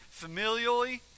familially